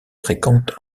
fréquente